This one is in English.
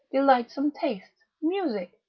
delightsome tastes, music,